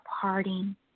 parting